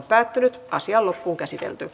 asian käsittely päättyi